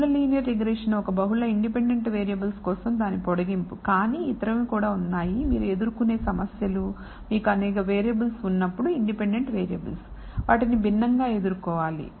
బహుళ linear regression ఒక బహుళ ఇండిపెండెంట్ వేరియబుల్స్ కోసం దాని పొడిగింపు కానీ ఇతరవి ఉన్నాయి మీరు ఎదుర్కొనే సమస్యలు మీకు అనేక వేరియబుల్స్ ఉన్నప్పుడు ఇండిపెండెంట్ వేరియబుల్స్ వాటిని భిన్నంగా ఎదుర్కోవాలి